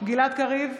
גלעד קריב,